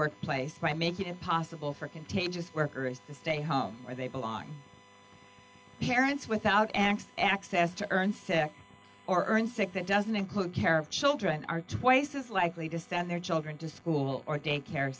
workplace by making it possible for contagious worker is to stay home where they belong parents without an access to earn sick or earn sick that doesn't include care of children are twice as likely to send their children to school or daycare